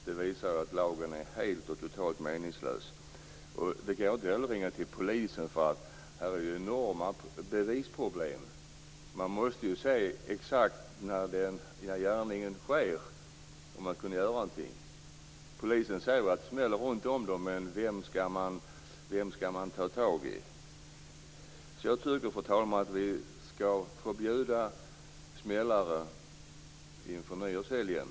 Det visar att lagen är totalt meningslös. Det går inte heller att ringa polisen eftersom det råder enorma bevisproblem. Man måste se exakt vad som händer när gärningen sker för att kunna göra någonting. Polisen säger att det smäller runt om dem men att de inte vet vem de skall ta tag i. Fru talman! Jag tycker att vi skall förbjuda smällare inför nyårshelgen.